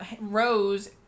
Rose